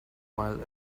while